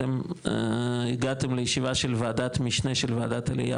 אתם הגעתם ליישבה של וועדת משנה של וועדת העלייה